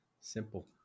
simple